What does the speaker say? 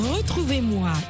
Retrouvez-moi